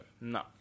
no